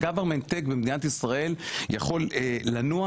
ה- Government takeבמדינת ישראל יכול לנוע